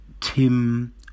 Tim